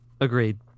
Agreed